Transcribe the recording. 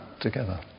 together